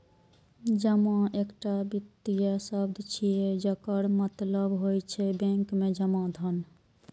जमा एकटा वित्तीय शब्द छियै, जकर मतलब होइ छै बैंक मे जमा धन